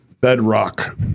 bedrock